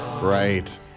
Right